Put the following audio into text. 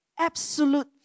Absolute